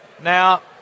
Now